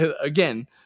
again